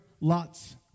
Lot's